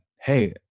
hey